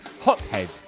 Hothead